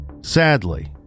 Sadly